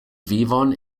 vivon